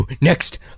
next